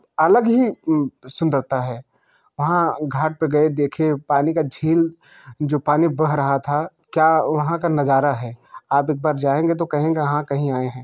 अलग ही सुंदरता है वहाँ घाट पर गए देखे पानी का झील जो पानी बह रहा था क्या वहाँ का नज़ारा है आप एक बार जाएँगे तो कहेंगे कि हाँ कहीं आएँ हैं